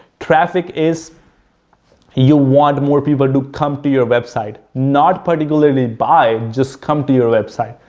traffic is you want more people to come to your website, not particularly buy, just come to your website.